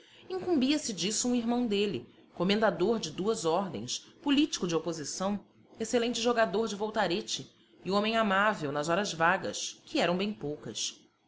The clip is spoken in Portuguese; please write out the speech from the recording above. bailes incumbia se disso um irmão dele comendador de duas ordens político de oposição excelente jogador de voltarete e homem amável nas horas vagas que eram bem poucas